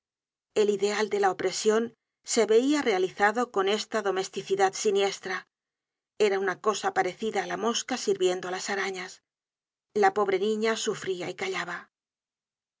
el ideal de la opresion se veia realizado en esta domesticidad siniestra era una cosa parecida á la mosca sirviendo á las arañas la pobre niña sufría y callaba